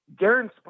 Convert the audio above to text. Darren